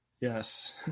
Yes